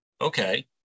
okay